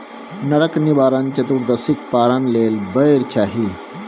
नरक निवारण चतुदर्शीक पारण लेल बेर चाही